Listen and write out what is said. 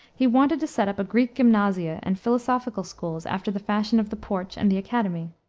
he wanted to set up greek gymnasia and philosophical schools, after the fashion of the porch and the academy.